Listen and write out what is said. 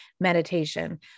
meditation